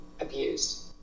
abused